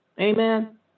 Amen